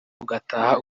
ugataha